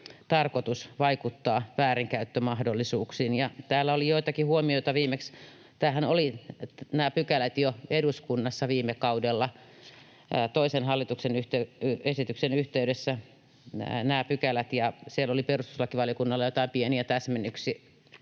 tarkoitus vaikuttaa väärinkäyttömahdollisuuksiin. Täällä oli joitakin huomioita viimeksi, kun nämä pykäläthän olivat eduskunnassa jo viime kaudella toisen hallituksen esityksen yhteydessä, ja siellä oli perustuslakivaliokunnalla joitain pieniä täsmennyksiä,